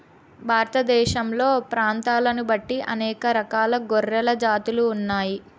భారతదేశంలో ప్రాంతాలను బట్టి అనేక రకాల గొర్రెల జాతులు ఉన్నాయి